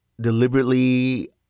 deliberately